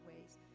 ways